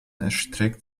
erstreckt